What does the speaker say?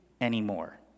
anymore